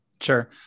Sure